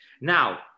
Now